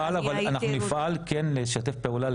אנחנו נפעל אבל, אנחנו נפעל כן לשתף פעולה.